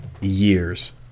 years